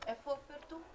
איפה הם פורטו?